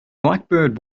blackbird